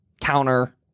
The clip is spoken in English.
counter